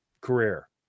career